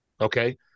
Okay